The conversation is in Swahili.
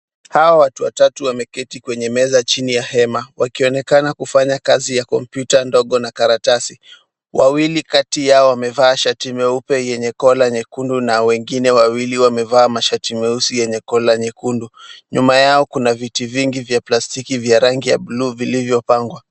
Hawa watu watu wameketi kwenye meza chini ya hema. Wakionekana kufanya kazi ya kompyuta ndogo na karatasi. Wawili kati yao wamevaa shati meupe yenye collar nyekundu na wengine wawili wamevaa mashati meusi yenye collar nyekundu. Nyuma yao Kuna viti vingi vya plastiki vya rangi ya buluu vilivyopangwa.